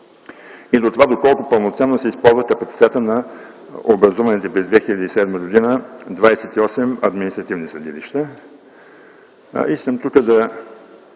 и за това доколко пълноценно се използва капацитетът на образуваните през 2007 г. 28 административни съдилища.